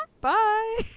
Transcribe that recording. Bye